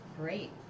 Great